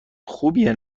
خوبیه